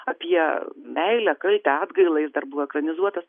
apie meilę kaltę atgailą jis dar buvo ekranizuotas